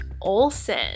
olson